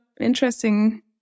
interesting